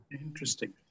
Interesting